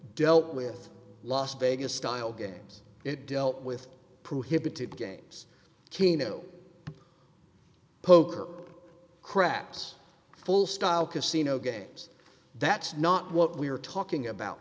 dealt with las vegas style games it dealt with prohibited games keno poker craps full style casino games that's not what we're talking about